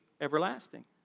everlasting